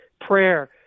Prayer